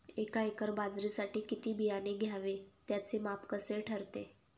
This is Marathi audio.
एका एकर बाजरीसाठी किती बियाणे घ्यावे? त्याचे माप कसे ठरते?